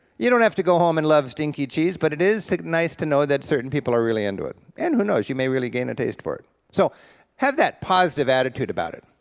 you don't have to go home and love stinky cheese, but it is nice to know that certain people are really into it, and who knows, you may really gain a taste for it. so have that positive attitude about it.